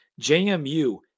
JMU